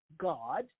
God